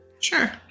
Sure